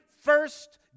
first